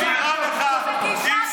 הינה, גדעון סער, פה, תתקוף אותו.